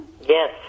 Yes